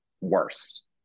worse